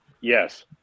Yes